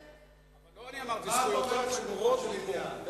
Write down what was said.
מה את אומרת לגופו של עניין?